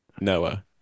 Noah